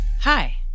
Hi